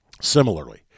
Similarly